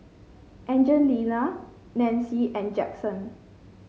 Angelina Nancie and Jaxson